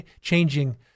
changing